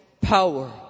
power